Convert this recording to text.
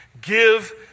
Give